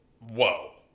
Whoa